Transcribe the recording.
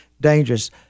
dangerous